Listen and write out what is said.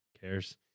cares